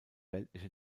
weltliche